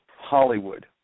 Hollywood